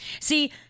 See